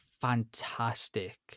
fantastic